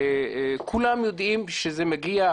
שכולם יודעים שזה מגיע,